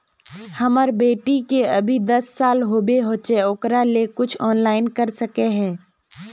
हमर बेटी के अभी दस साल होबे होचे ओकरा ले कुछ ऑनलाइन कर सके है?